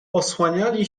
osłaniali